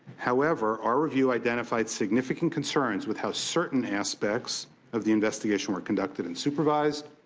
however, our review identified significant concerns with how certain aspects of the investigation were conducted and supervised,